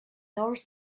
north